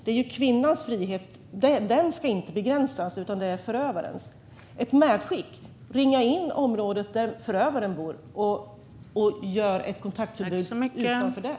Det är förövarens frihet som ska begränsas och inte kvinnans, och ett medskick är därför att ringa in området där förövaren bor och upprätta kontaktförbud utanför det.